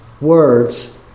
words